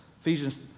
Ephesians